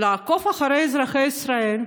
לעקוב אחרי אזרחי ישראל.